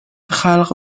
خلق